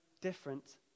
different